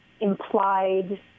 implied